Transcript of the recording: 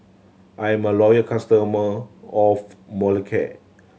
I am a loyal customer of Molicare